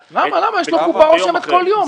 יש לו קופה רושמת כל יום.